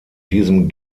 diesem